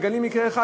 מגלים מקרה אחד,